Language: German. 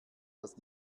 das